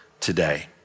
Today